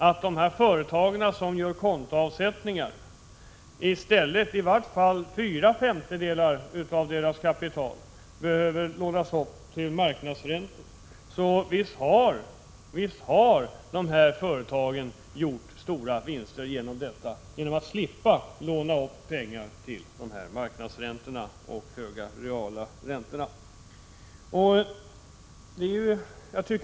Visst har de företag som gör kontoavsättningar gjort stora vinster genom att de slipper låna upp låt oss säga fyra femtedelar av sitt kapital till höga marknadsräntor och höga realräntor.